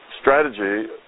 strategy